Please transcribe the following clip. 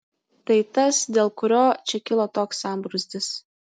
tai tas dėl kurio čia kilo toks sambrūzdis